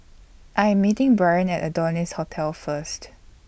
I Am meeting Brian At Adonis Hotel First